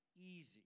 easy